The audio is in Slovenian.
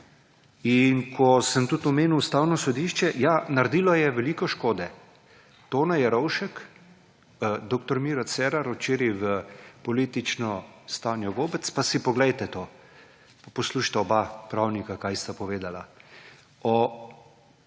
Ko sem tudi omenil Ustavno sodišče ja naredilo je veliko škode. Tone Jerovšek, dr. Miro Cerar včeraj politično s Tanjo Gobec pa si poglejte to, poslušajte oba pravnika kaj sta povedala o